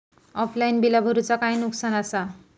Offline बिला भरूचा काय नुकसान आसा?